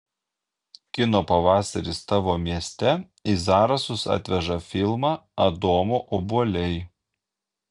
kino pavasaris tavo mieste į zarasus atveža filmą adomo obuoliai